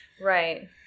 Right